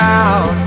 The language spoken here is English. out